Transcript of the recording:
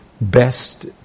best